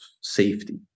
safety